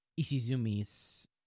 Ishizumi's